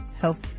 health